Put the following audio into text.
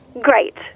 Great